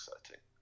exciting